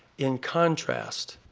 in contrast,